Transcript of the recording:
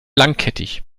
langkettig